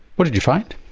what did you find?